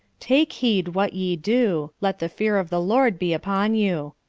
take heed what ye do let the fear of the lord be upon you.